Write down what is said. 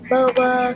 Boba